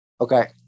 Okay